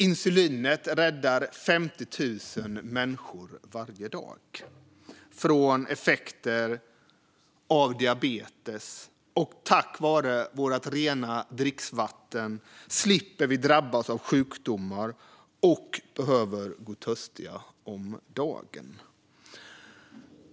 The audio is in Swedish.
Insulinet räddar 50 000 människor varje dag från effekter av diabetes, och tack vare vårt rena dricksvatten slipper vi drabbas av sjukdomar och gå törstiga om dagen.